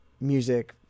music